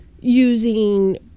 using